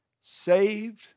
Saved